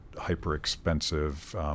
hyper-expensive